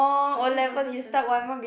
I don't remember sia